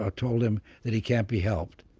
ah told him that he can't be helped.